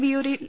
വിയൂരിൽ